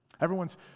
Everyone's